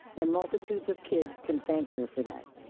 and multitudes of kids can thank her for that.